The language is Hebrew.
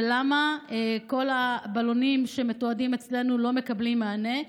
ולמה כל הבלונים שמתועדים אצלנו לא מקבלים מענה?